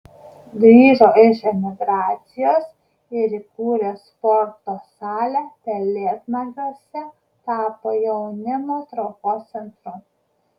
grįžo iš emigracijos ir įkūrė sporto salę pelėdnagiuose tapo jaunimo traukos centru